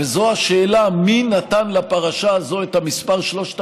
וזו השאלה מי נתן לפרשה זו את המספר 3000 ולמה.